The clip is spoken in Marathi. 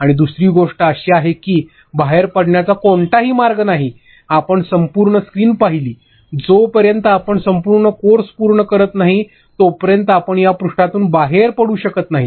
आणि दुसरी गोष्ट अशी आहे की बाहेर पडण्याचा कोणताही मार्ग नाही आपण संपूर्ण स्क्रीन पाहिली जोपर्यंत आपण संपूर्ण कोर्स पूर्ण करत नाही तोपर्यंत आपण या पृष्ठातून बाहेर पडू शकत नाही